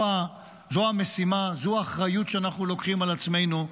זו המשימה, זו האחריות שאנחנו לוקחים על עצמנו.